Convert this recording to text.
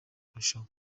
kurushaho